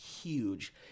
huge